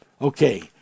Okay